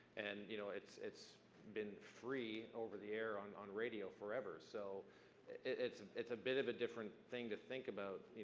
and you know it's it's been free over the air on on radio forever, so it's it's a bit of a different thing to think about,